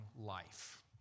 life